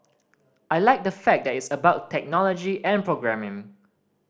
I like the fact that it's about technology and programming